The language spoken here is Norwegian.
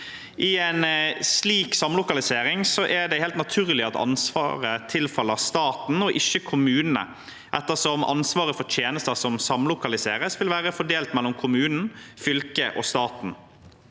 I en slik samlokalisering er det helt naturlig at ansvaret tilfaller staten og ikke kommunene, ettersom ansvaret for tjenester som samlokaliseres, vil være fordelt mellom kommunen, fylket og staten.